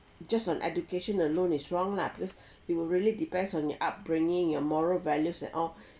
just on education alone is wrong lah because it will really depends on your upbringing your moral values and all